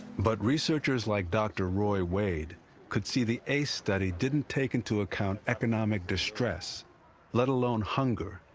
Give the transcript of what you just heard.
but researchers like dr. roy wade could see the ace study didn't take into account economic distress let alone hunger,